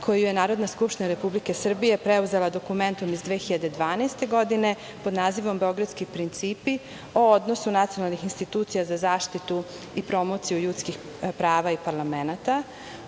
koju je Narodna skupština Republike Srbije preuzela dokumentom iz 2012. godine pod nazivom „Beogradski principi o odnosu nacionalnih institucija za zaštitu i promociju ljudskih prava i parlamenata“.